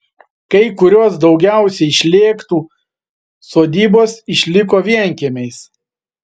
kai kurios daugiausiai šlėktų sodybos išliko vienkiemiais